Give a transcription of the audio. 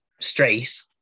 straight